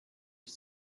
ich